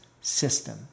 system